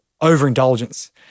overindulgence